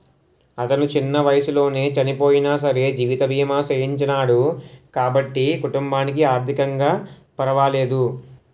అతను చిన్న వయసులోనే చనియినా సరే జీవిత బీమా చేయించినాడు కాబట్టి కుటుంబానికి ఆర్ధికంగా పరవాలేదు